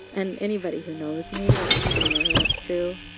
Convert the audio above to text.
and anybody who knows me would actually know that's true.